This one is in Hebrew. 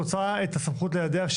רוצה את הסמכות לידיה,